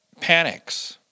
panics